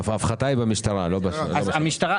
ההפחתה היא במשטרה ולא בשירות בתי הסוהר.